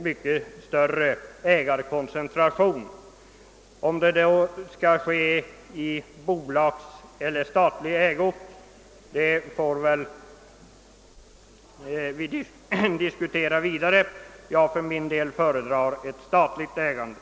Om detta sedan skall åstadkommas genom att skogarna överföres i statlig eller enskild ägo får vi väl diskutera. För min del föredrar jag statligt ägande.